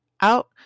out